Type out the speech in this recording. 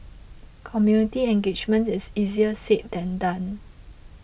community engagement is easier said than done